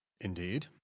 Indeed